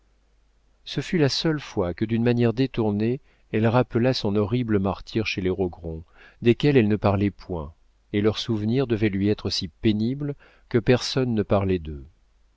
ce fut la seule fois que d'une manière détournée elle rappela son horrible martyre chez les rogron desquels elle ne parlait point et leur souvenir devait lui être si pénible que personne ne parlait d'eux